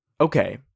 okay